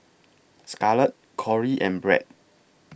Scarlet Corey and Brad